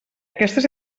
aquestes